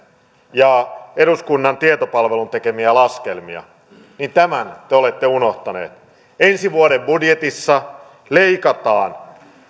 ja eduskunnan tietopalvelun tekemiä laskelmia niin tämän te olette unohtaneet ensi vuoden budjetissa leikataan